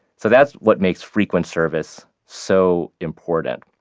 so that's what makes frequent service so important